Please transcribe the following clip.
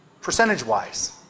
percentage-wise